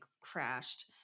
crashed